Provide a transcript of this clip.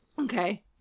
okay